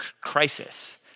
crisis